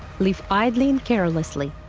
live idly, and carelessly.